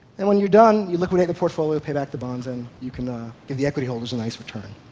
and when you're done, you liquidate the portfolio, pay back the bonds, and you can give the equity holders a nice return.